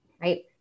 right